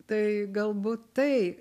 tai galbūt tai